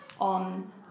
on